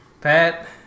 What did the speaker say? Pat